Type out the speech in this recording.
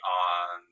on